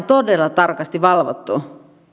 todella tarkasti valvottua